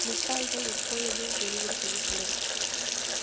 மிட்டாய்கள் எப்பொழுது டெலிவரி செய்யப்படும்